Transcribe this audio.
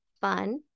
fun